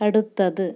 അടുത്തത്